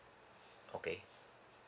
okay